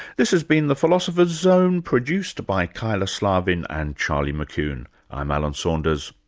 this has been the philosopher's zone, produced by kyla slaven and charlie mckune. i'm alan saunders.